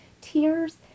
Tears